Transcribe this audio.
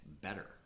better